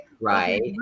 right